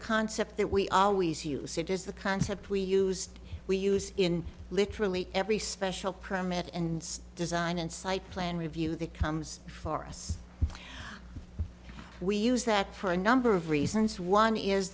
concept that we always use it is the concept we use we use in literally every special permit and design and site plan review the comes for us we use that for a number of reasons one is